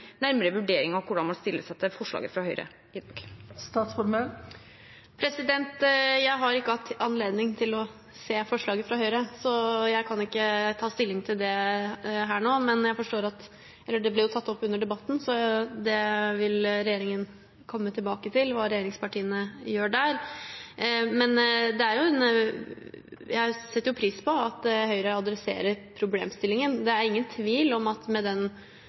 nærmere vurdering av hvordan man stiller seg til forslaget fra Høyre? Jeg har ikke hatt anledning til å se på forslaget fra Høyre, så jeg kan ikke ta stilling til det her og nå. Det ble jo tatt opp under debatten, så hva regjeringspartiene gjør der, vil regjeringen komme tilbake til. Men jeg setter pris på at Høyre tar opp problemstillingen. Det er ingen tvil om at med den